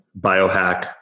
biohack